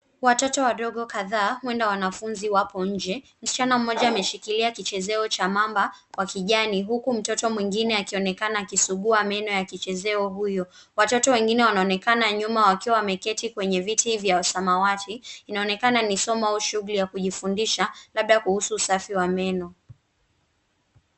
Watoto wadogo kadhaa, huenda wanafunzi, wapo nje. Msichana mmoja ameshikilia kichezeo cha mamba wa kijani, huku mtoto mwengine akionekana akisugua meno ya kichezeo huyo. Watoto wengine wanaonekana nyuma wakiwa wameketi kwenye viti vya samawati. Inaonekana ni somo au shughuli ya kujifundisha, labda kuhusu usafi wa meno.